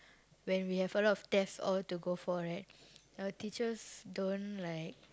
when we have a lot of test all to go for right our teachers don't like